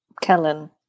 Kellen